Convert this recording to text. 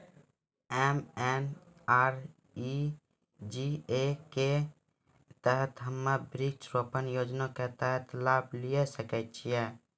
MNREGA के तहत हम्मय वृक्ष रोपण योजना के तहत लाभ लिये सकय छियै?